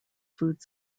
food